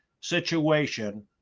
situation